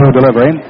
delivery